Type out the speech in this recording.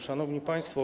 Szanowni Państwo!